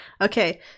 okay